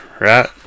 right